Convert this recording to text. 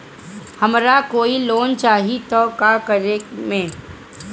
हमरा कोई लोन चाही त का करेम?